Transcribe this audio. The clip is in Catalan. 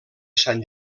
sant